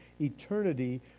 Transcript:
eternity